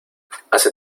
hace